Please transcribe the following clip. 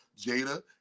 Jada